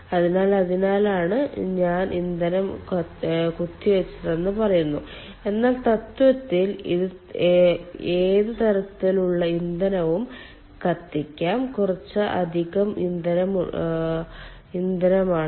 അതിനാൽ അതിനാലാണ് ഞാൻ ഇന്ധനം കുത്തിവച്ചതെന്ന് പറയുന്നത് എന്നാൽ തത്വത്തിൽ ഏത് തരത്തിലുള്ള ഇന്ധനവും കത്തിക്കാം കുറച്ച് അധിക ഇന്ധനം ബണ്ട് ആണ്